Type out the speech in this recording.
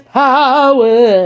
power